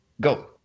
Go